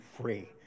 free